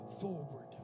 forward